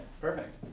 Perfect